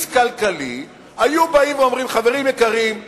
על בסיס כלכלי, היו באים ואומרים: חברים יקרים,